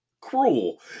cruel